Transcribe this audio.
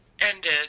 ended